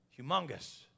Humongous